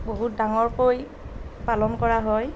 বহুত ডাঙৰকৈ পালন কৰা হয়